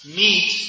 meet